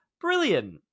Brilliant